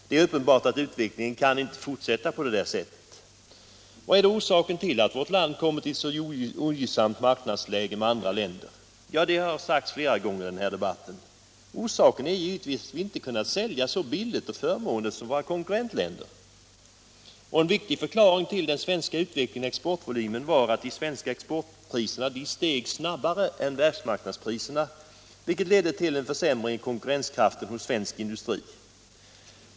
Det är uppenbart att utvecklingen inte kan få fortsätta på detta sätt. Vad är då orsaken till att vårt land kommit i ett så ogynnsamt marknadsläge jämfört med andra länder? Den frågan har besvarats flera gånger i den här debatten. Orsaken är givetvis att vi inte kunnat sälja så billigt och förmånligt som våra konkurrentländer. En viktig förklaring till den svaga utvecklingen i exportvolymen var att de svenska exportpriserna steg snabbare än världsmarknadspriserna, vilket ledde till en försämring i konkurrenskraften hos svensk industri.